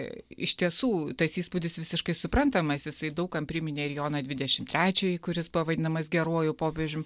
iš tiesų tas įspūdis visiškai suprantamas jisai daug kam priminė ir joną dvidešimt trečiąjį kuris buvo vadinamas geruoju popiežium